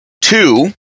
Two